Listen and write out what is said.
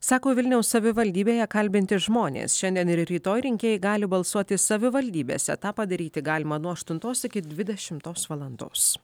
sako vilniaus savivaldybėje kalbinti žmonės šiandien ir rytoj rinkėjai gali balsuoti savivaldybėse tą padaryti galima nuo aštuntos iki dvidešimtos valandos